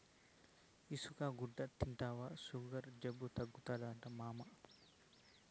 ఈ కోసుగడ్డ తింటివా సుగర్ జబ్బు తగ్గుతాదట మామా